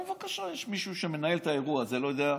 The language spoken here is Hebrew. בבקשה, יש מישהו שמנהל את האירוע הזה, לא יודע,